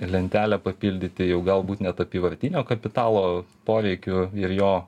lentelę papildyti jau galbūt net apyvartinio kapitalo poreikiu ir jo